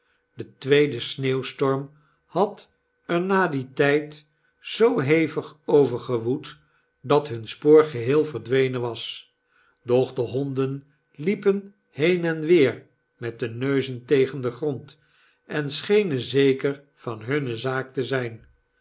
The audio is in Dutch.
de tweede sneeuwstorm had er na dien tijd zoo hevig over gewoed dat hun spoor geheel verdwenen was doch de honden liepen heen en weer met de neuzen tegen den grond en schenen zeker van hunne zaak te zyn